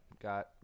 got